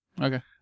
Okay